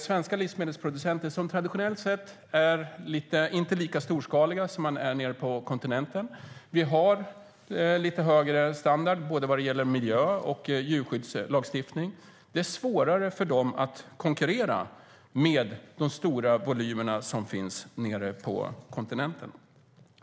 Svenska livsmedelsproducenter är traditionellt sett inte lika storskaliga som man är nere på kontinenten. Vi har lite högre standard vad gäller både miljö och djurskyddslagstiftning. Det är svårare för dem att konkurrera med de stora volymerna nere på kontinenten.